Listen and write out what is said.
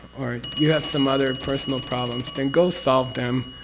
or you have some other personal problems, then go solve them.